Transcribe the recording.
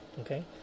okay